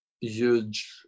huge